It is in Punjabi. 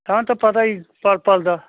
ਸਾਨੂੰ ਤਾਂ ਪਤਾ ਹੀ ਪਲ ਪਲ ਦਾ